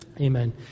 Amen